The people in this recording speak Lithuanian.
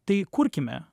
tai kurkime